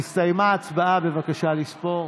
הסתיימה ההצבעה, בבקשה לספור.